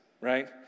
right